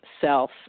self